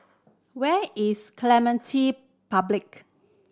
where is Clementi Public